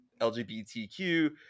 lgbtq